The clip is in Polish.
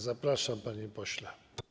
Zapraszam, panie pośle.